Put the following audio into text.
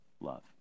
love